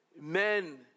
men